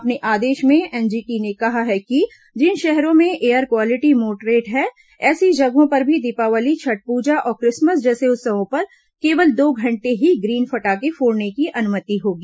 अपने आदेश में एनजीटी ने कहा है कि जिन शहरों में एयर क्वालिटी मोडरेट है ऐसी जगहों पर भी दीपावली छठ पूजा और क्रिसमस जैसे उत्सवों पर केवल दो घंटे ही ग्रीन फटाखे फोड़ने की अनुमति होगी